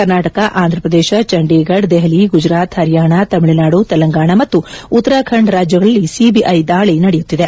ಕರ್ನಾಟಕ ಆಂಧ್ರಪ್ರದೇಶ ಚಂಡೀಗಡ್ ದೆಹಲಿ ಗುಜರಾತ್ ಹರಿಯಾಣ ತಮಿಳುನಾಡು ತೆಲಂಗಾಣ ಮತ್ತು ಉತ್ತರಾಖಂಡ ರಾಜ್ಯಗಳಲ್ಲಿ ಸಿಬಿಐ ದಾಳಿ ನಡೆಯುತ್ತಿದೆ